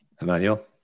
Emmanuel